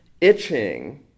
itching